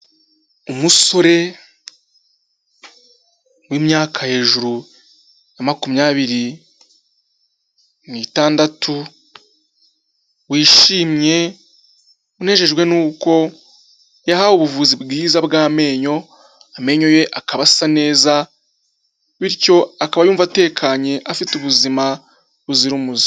Umusore w'imyaka hejuru ya makumyabiri n'itandatu wishimye, unejejwe n'uko yahawe ubuvuzi bwiza bw'amenyo, amenyo ye akaba asa neza bityo akaba yumva atekanye afite ubuzima buzira umuze.